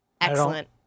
excellent